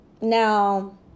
Now